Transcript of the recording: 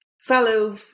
fellow